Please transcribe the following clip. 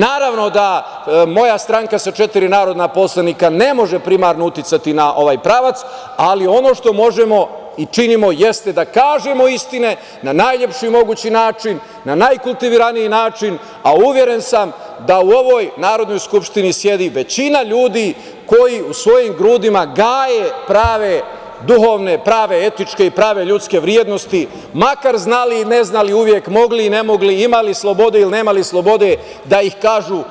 Naravno da moja stranka sa četiri narodna poslanika ne može primarno uticati na ovaj pravac, ali ono što možemo i činimo jeste da kažemo istine na najlepši mogući način, na najkultiviraniji način, a uveren sam da u ovoj Narodnoj skupštini sedi većina ljudi koji u svojim grudima gaje prave duhovne, etičke i prave ljudske vrednosti, makar znali i ne znali, uvek mogli i ne mogli, imali slobode ili nemali slobode, da ih kažu